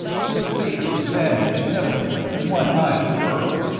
his face was bandaged heavily, and one eye was purple.